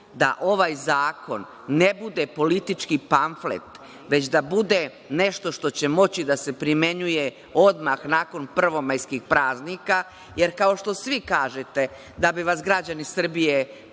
da ovaj zakon ne bude politički pamflet, već da bude nešto što će moći da se primenjuje odmah nakon prvomajskih praznika, jer kao što svi kažete – da bi vas građani Srbije